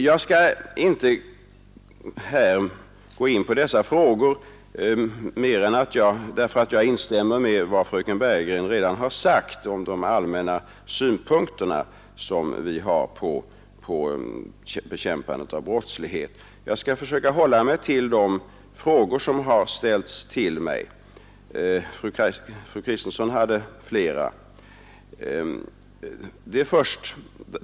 Jag skall inte gå in på dessa frågor därför att jag instämmer med vad fröken Bergegren redan sagt om de allmänna synpunkterna på bekämpande av brottslighet. Jag skall försöka hålla mig till de frågor som ställts till mig. Fru Kristensson hade flera.